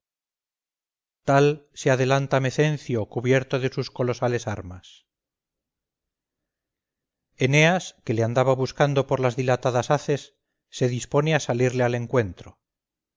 tal se adelanta mecencio cubierto de sus colosales armas eneas que le andaba buscando por las dilatadas haces se dispone a salirle al encuentro